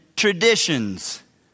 traditions